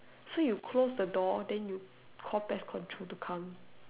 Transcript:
so you close the door then you call pest control to come